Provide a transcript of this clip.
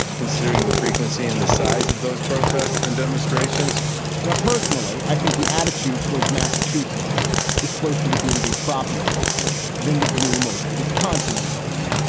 considering the frequency and the size of those protests and demonstrations now, personally, i think the attitude towards massachusetts is closer to being the proper assessment than the gloom over the wisconsin results.